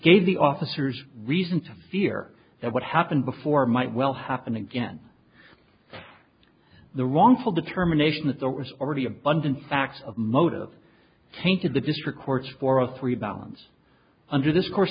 gave the officers reason to fear that what happened before might well happen again the wrongful determination that there was already abundant facts of motive tainted the district courts for a three balance under this course